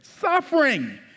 suffering